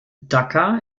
dhaka